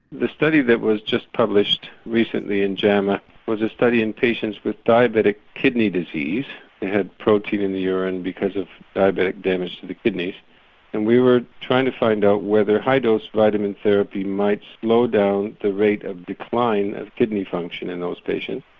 the study that was just published recently in jama was a study in patients with diabetic kidney disease. they had protein in the urine because of diabetic damage to the kidneys and we were trying to find out whether high dose vitamin therapy might slow down the rate of decline of kidney function in those patients.